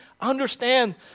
understand